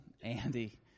Andy